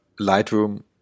Lightroom